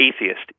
atheist